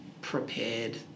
prepared